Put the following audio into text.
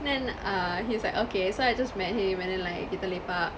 then uh he's like okay so I just met him and then like kita lepak